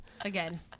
Again